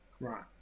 Right